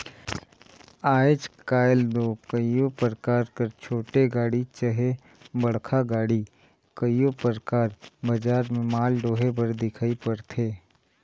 आएज काएल दो कइयो परकार कर छोटे गाड़ी चहे बड़खा गाड़ी कइयो परकार बजार में माल डोहे बर दिखई परथे